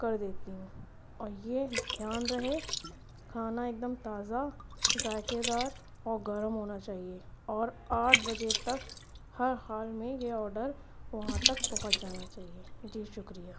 کر دیتی ہوں اور یہ دھیان رہے کھانا ایک دم تازہ ذائقے دار اور گرم ہونا چاہیے اور آٹھ بجے تک ہر حال میں یہ آڈر وہاں تک پہنچ جانا چاہیے جی شکریہ